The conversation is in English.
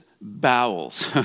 bowels